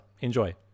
Enjoy